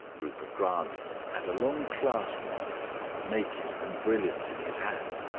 rupert grant had a long clasp-knife naked and brilliant in his hand.